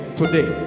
today